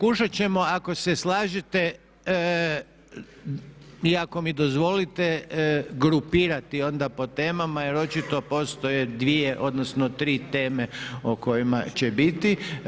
Pokušat ćemo ako se slažete i ako mi dozvolite grupirati onda po temama, jer očito postoje dvije, odnosno tri teme o kojima će biti.